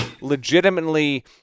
legitimately